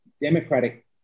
democratic